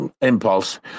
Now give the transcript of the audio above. impulse